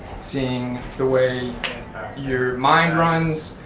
seeing the way your mind runs,